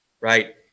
right